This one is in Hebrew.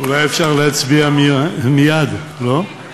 אולי אפשר להצביע מייד, לא?